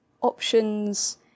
options